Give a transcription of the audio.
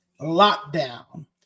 Lockdown